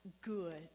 good